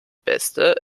beste